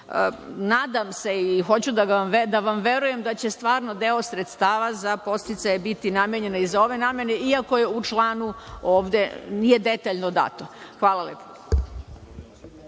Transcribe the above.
Nadam se i hoću da vam verujem da će stvarno deo sredstava za podsticaje biti namenjen i za ove namene, iako u članu ovde nije detaljno dato. Hvala lepo.